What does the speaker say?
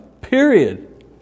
period